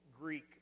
Greek